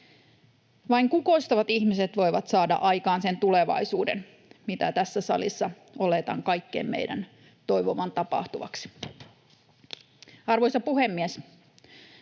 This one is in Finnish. Vain kukoistavat ihmiset voivat saada aikaan sen tulevaisuuden, mitä tässä salissa oletan kaikkien meidän toivovan tapahtuvaksi. Arvoisa puhemies!